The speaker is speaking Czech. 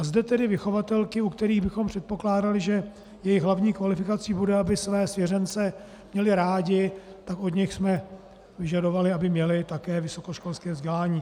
Zde tedy vychovatelky, u kterých bychom předpokládali, že jejich hlavní kvalifikací bude, aby své svěřence měly rády, tak od nich jsme vyžadovali, aby měly také vysokoškolské vzdělání.